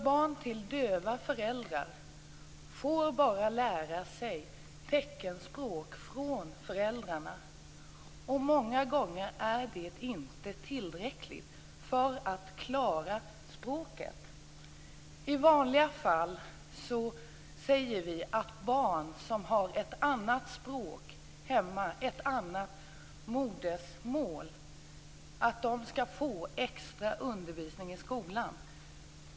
Barn till döva föräldrar får bara lära sig teckenspråk från föräldrarna. Många gånger är det inte tillräckligt för att de skall kunna klara språket. I vanliga fall säger vi att barn som talar ett annat språk hemma - som har ett annat modersmål - skall få extra undervisning i skolan.